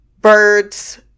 birds